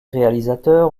réalisateurs